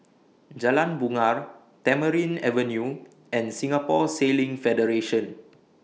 Jalan Bungar Tamarind Avenue and Singapore Sailing Federation